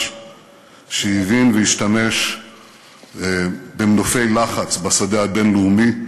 שהבין והשתמש במנופי לחץ בשדה הבין-לאומי: